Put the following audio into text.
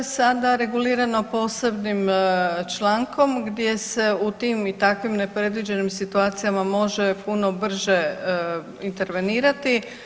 To je sada regulirano posebnim člankom gdje se u tim i takvim nepredviđenim situacijama može puno brže intervenirati.